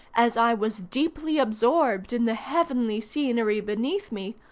as i was deeply absorbed in the heavenly scenery beneath me,